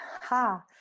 ha